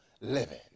living